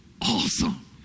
Awesome